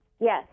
Yes